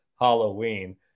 Halloween